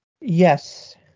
Yes